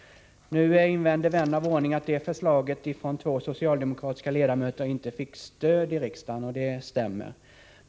Nu invänder vän av ordning att det förslaget från två socialdemokratiska ledamöter inte fick stöd av riksdagen. Och det stämmer.